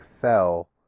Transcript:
fell